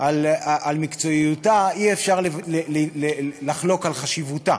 על מקצועיותה, אי-אפשר לחלוק על חשיבותה.